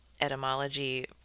etymology